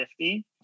50